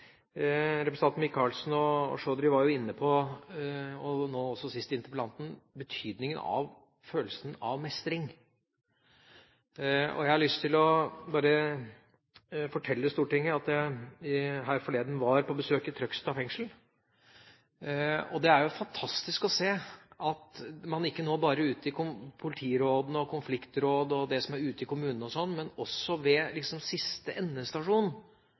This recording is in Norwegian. Michaelsen og Chaudhry – og nå sist også interpellanten – var inne på betydningen av følelsen av mestring. Jeg har lyst til bare å fortelle Stortinget at jeg forleden dag var på besøk i Trøgstad fengsel. Det er jo fantastisk å se at man nå ikke bare i politirådene, i konfliktrådene og i det som er ute i kommunene, men at man også ved liksom endestasjonen